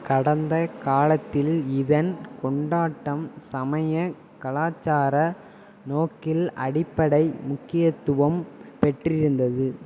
கடந்த காலத்தில் இதன் கொண்டாட்டம் சமய கலாச்சார நோக்கில் அடிப்படை முக்கியத்துவம் பெற்றிருந்தது